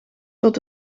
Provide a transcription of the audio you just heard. tot